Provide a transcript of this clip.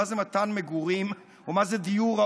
מה זה מתן מגורים ומה זה דיור ראוי,